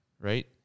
right